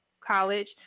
college